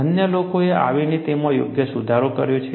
અન્ય લોકોએ આવીને તેમાં યોગ્ય સુધારો કર્યો છે